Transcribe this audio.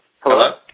Hello